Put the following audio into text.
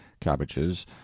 cabbages